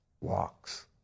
walks